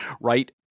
right